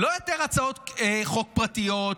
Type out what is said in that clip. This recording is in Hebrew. לא יותר הצעות חוק פרטיות,